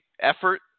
effort